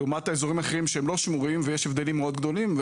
ולעומת האזורים האחרים שהם לא שמורים יש הבדלים מאוד גדולים.